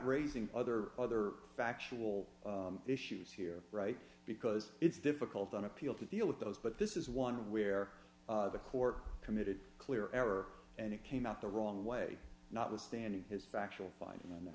raising other other factual issues here right because it's difficult on appeal to deal with those but this is one where the court committed clear error and it came out the wrong way notwithstanding his factual find